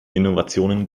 innovationen